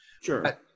Sure